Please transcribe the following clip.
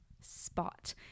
spot